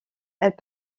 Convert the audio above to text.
elles